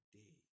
day